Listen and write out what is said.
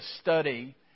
study